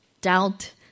Doubt